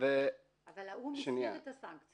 ו --- אבל האו"ם הסיר את הסנקציות.